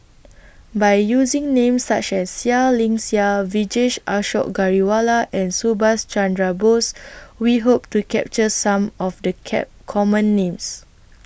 By using Names such as Seah Liang Seah Vijesh Ashok Ghariwala and Subhas Chandra Bose We Hope to capture Some of The Cap Common Names